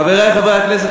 חברי חברי הכנסת,